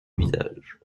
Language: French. visage